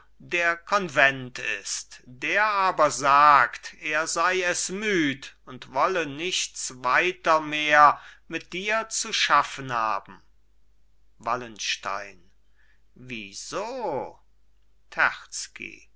der konvent ist der aber sagt er sei es müd und wolle nichts weiter mehr mit dir zu schaffen haben wallenstein wie so